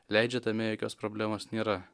leidžia tame jokios problemos nėra